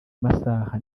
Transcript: amasaha